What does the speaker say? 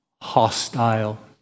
hostile